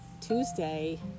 Tuesday